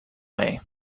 way